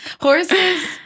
Horses